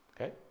Okay